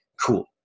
Cool